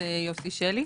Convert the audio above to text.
יוסי שלי.